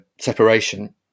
separation